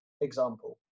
example